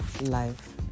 Life